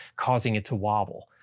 causing it to wobble.